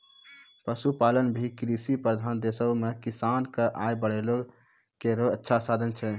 पशुपालन भी कृषि प्रधान देशो म किसान क आय बढ़ाय केरो अच्छा साधन छै